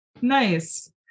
Nice